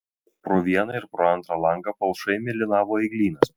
pro vieną ir pro antrą langą palšai mėlynavo eglynas